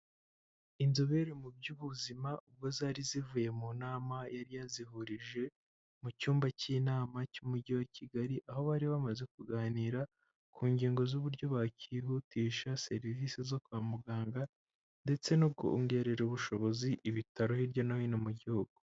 Inzobere mu by'ubuzima ubwo zari zivuye mu nama yari yazihurije mu cyumba cy'inama cy'umujyi wa Kigali, aho bari bamaze kuganira ku ngingo z'uburyo bakihutisha serivisi zo kwa muganga ndetse no kongerera ubushobozi ibitaro hirya no hino mu gihugu.